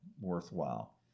worthwhile